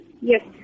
Yes